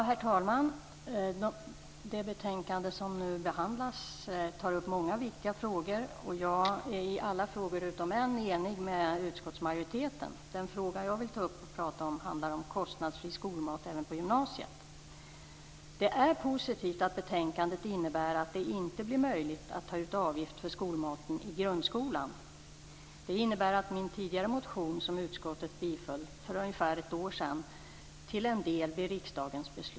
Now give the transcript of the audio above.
Herr talman! Det betänkande som nu behandlas tar upp många viktiga frågor, och jag är i alla frågor utom en överens med utskottsmajoriteten. Den fråga jag vill ta upp och prata om handlar om kostnadsfri skolmat även på gymnasiet. Det är positivt att betänkandet innebär att det inte blir möjligt att ta ut avgift för skolmaten i grundskolan. Det innebär att min tidigare motion, som utskottet tillstyrkte för ungefär ett år sedan, till en del blir riksdagens beslut.